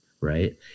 right